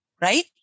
right